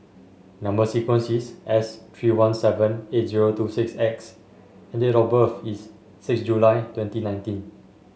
number sequence is S three one seven eight zero two six X and date of birth is six July twenty nineteen